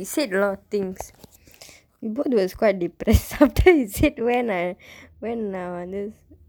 said a lot of things because she was quite depressed after he said when I got this